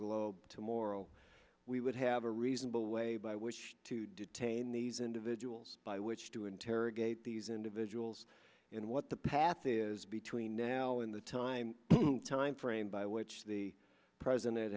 globe to morrow we would have a reasonable way by which to detain these individuals by which to interrogate these individuals and what the path is between now and the time time frame by which the president